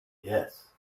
yes